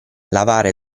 lavare